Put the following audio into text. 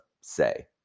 say